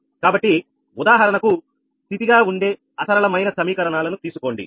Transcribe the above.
కాబట్టి ఉదాహరణకుస్థితిగా ఉండే అసరళమైన సమీకరణాలను తీసుకోండి